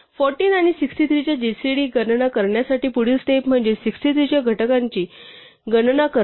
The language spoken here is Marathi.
14 आणि 63 च्या जीसीडी गणना करण्यासाठी पुढील स्टेप म्हणजे 63 च्या घटकांची गणना करणे